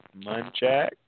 Munchak